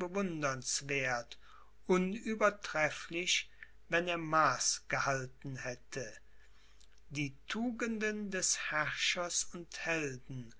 bewundernswerth unübertrefflich wenn er maß gehalten hätte die tugenden des herrschers und helden